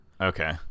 Okay